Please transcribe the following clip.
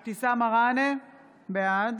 מראענה, בעד